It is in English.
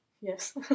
Yes